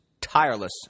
tireless